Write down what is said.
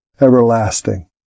everlasting